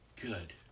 good